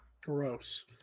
Gross